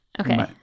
Okay